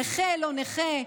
נכה לא נכה.